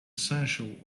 sensual